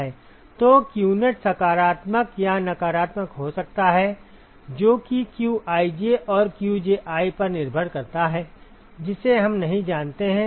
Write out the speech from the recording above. तो qnet सकारात्मक या नकारात्मक हो सकता है जो कि qij और qji पर निर्भर करता है जिसे हम नहीं जानते हैं